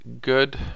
good